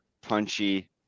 punchy